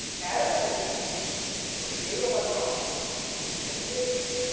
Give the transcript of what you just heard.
adam and eve were created by god and lived